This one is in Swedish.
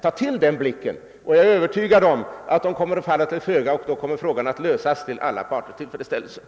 Tag till den blicken, och jag är övertygad om att vederbörande kommer att falla till föga! Och då kommer frågan att lösas till alla parters belåtenhet.